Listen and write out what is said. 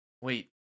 Wait